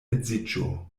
edziĝo